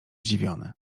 zdziwiony